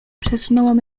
przesunąłem